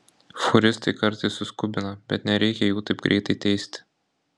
fūristai kartais suskubina bet nereikia jų taip greitai teisti